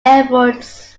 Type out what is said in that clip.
efforts